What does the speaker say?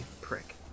prick